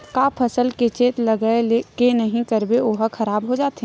का फसल के चेत लगय के नहीं करबे ओहा खराब हो जाथे?